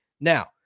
Now